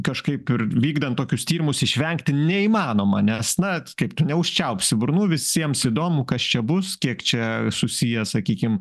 kažkaip ir vykdant tokius tyrimus išvengti neįmanoma nes na kaip tu neužčiaupsi burnų visiems įdomu kas čia bus kiek čia susiję sakykim